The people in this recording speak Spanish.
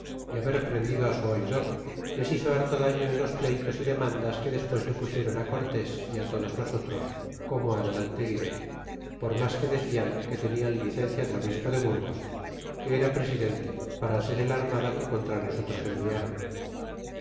y haber prendido su oidor les hizo harto daño en los pleytos y demandas que despues le pusieron cortés y todos nosotros como adelante diré por mas que decian que tenian licencia del obispo de burgos que era presidente para hacer el armada que contra nosotros environ